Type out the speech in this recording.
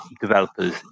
developers